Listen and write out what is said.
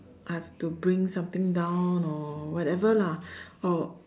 I have to bring something down or whatever lah or